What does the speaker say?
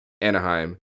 Anaheim